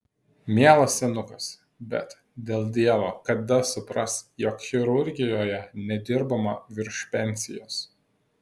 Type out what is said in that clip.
mielas senukas bet dėl dievo kada supras jog chirurgijoje nedirbama virš pensijos